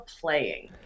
playing